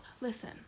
listen